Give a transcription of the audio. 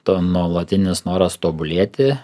tai nuolatinis noras tobulėti